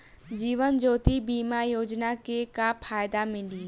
जीवन ज्योति बीमा योजना के का फायदा मिली?